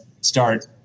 start –